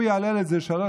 הוא יעלה את זה ל-3.25%,